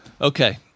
Okay